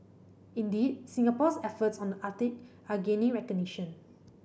indeed Singapore's efforts on the Arctic are gaining recognition